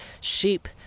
Sheep